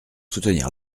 soutenir